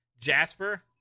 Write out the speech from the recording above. Jasper